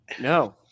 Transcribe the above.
No